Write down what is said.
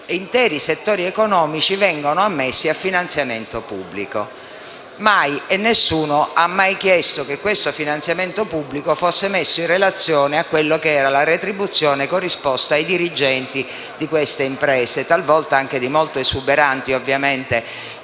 interi settori economici vengono ammessi al finanziamento pubblico. Nessuno ha mai chiesto che questo finanziamento pubblico fosse messo in relazione alla retribuzione corrisposta ai dirigenti di queste imprese (talvolta anche molto esuberanti, ovviamente,